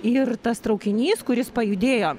ir tas traukinys kuris pajudėjo